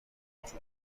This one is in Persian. فروخته